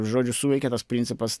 žodžiu suveikė tas principas